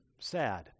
sad